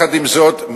עם זאת,